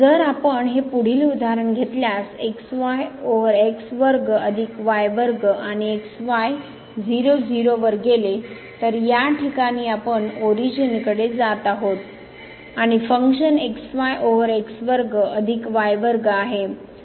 जर आपण हे पुढील उदाहरण घेतल्यास xyओवर x वर्ग अधिक y वर्ग आणि x y 0 0 वर गेले तर या ठिकाणी आपण ओरिजिन कडे जात आहोत आहोत आणि फंक्शन xy ओव्हर x वर्ग अधिक y वर्ग आहे